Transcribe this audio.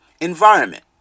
Environment